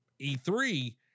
e3